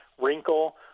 wrinkle